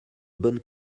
bonnes